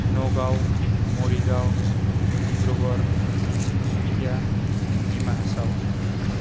Nagaon Morigaon Dibrugarh Tinsukia Dima Hasao